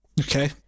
Okay